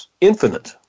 infinite